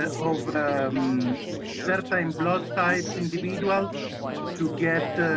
ah of certain blood types individual to get